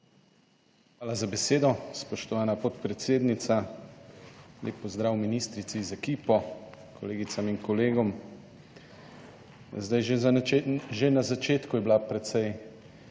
Hvala za besedo, spoštovana podpredsednica. Lep pozdrav ministrici z ekipo, kolegicam in kolegom. Sedaj že na začetku je bila precej